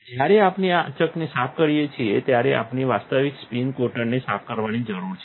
જ્યારે આપણે ચકને સાફ કરી લઈએ છીએ ત્યારે આપણે વાસ્તવિક સ્પિન કોટરને સાફ કરવાની જરૂર છે